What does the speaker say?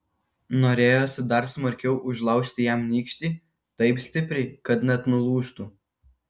norėjosi dar smarkiau užlaužti jam nykštį taip stipriai kad net nulūžtų